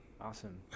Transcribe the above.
Awesome